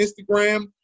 Instagram